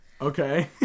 Okay